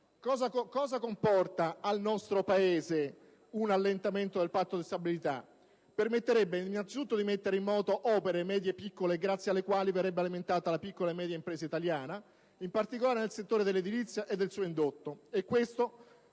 spesa per investimenti. Un allentamento del Patto di stabilità permetterebbe innanzitutto di mettere in moto opere medie e piccole, grazie alle quali verrebbe alimentata la piccola e media impresa italiana, in particolare nel settore dell'edilizia e del suo indotto.